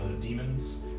demons